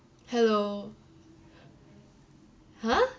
hello !huh!